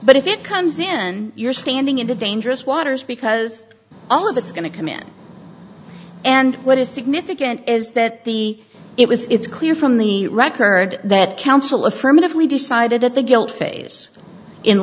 but if it comes in you're standing in the dangerous waters because all of that is going to come in and what is significant is that the it was it's clear from the record that counsel affirmatively decided at the guilt phase in